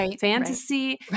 fantasy